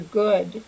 good